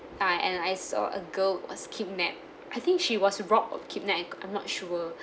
uh and I saw a girl was kidnapped I think she was robbed or kidnapped I'm not sure